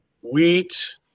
wheat